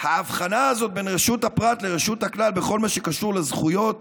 שההבחנה הזאת בין רשות הפרט לרשות הכלל בכל מה שקשור לזכויות